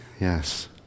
yes